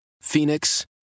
Phoenix